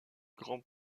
grand